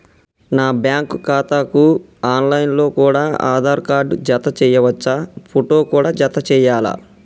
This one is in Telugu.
నా బ్యాంకు ఖాతాకు ఆన్ లైన్ లో కూడా ఆధార్ కార్డు జత చేయవచ్చా ఫోటో కూడా జత చేయాలా?